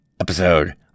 episode